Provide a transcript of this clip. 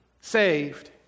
saved